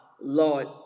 Lord